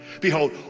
Behold